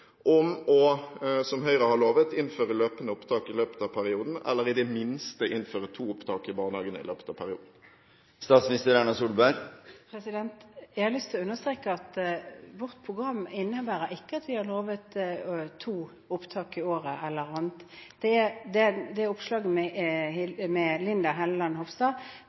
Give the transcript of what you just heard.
om – som Høyre har lovet – å innføre løpende opptak i løpet av perioden, eller i det minste innføre to opptak i barnehagene i løpet av perioden. Jeg har lyst til å understreke at vårt program ikke innebærer at vi har lovet to opptak i året eller annet. Det